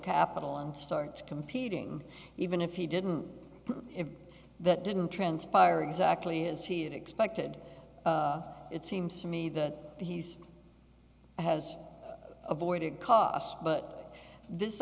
capital and start competing even if he didn't if that didn't transpire exactly as he expected it seems to me that he's has avoided cost but this